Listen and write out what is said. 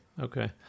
okay